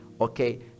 Okay